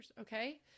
Okay